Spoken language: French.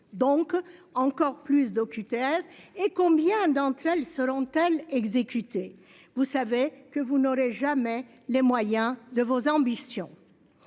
donc encore plus d'OQTF et combien d'entre elles seront exécuté. Vous savez que vous n'aurez jamais les moyens de vos ambitions.